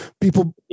People